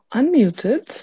unmuted